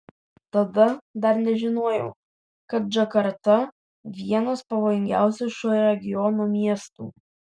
tada dar nežinojau kad džakarta vienas pavojingiausių šio regiono miestų